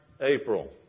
April